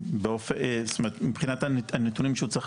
זאת אומרת מבחינת הנתונים שהוא צריך